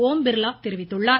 ஓம் பிர்லா தெரிவித்துள்ளார்